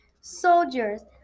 Soldiers